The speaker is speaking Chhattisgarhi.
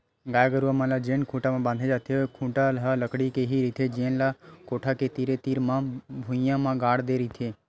गाय गरूवा मन ल जेन खूटा म बांधे जाथे ओ खूटा ह लकड़ी के ही रहिथे जेन ल कोठा के तीर तीर म भुइयां म गाड़ दे रहिथे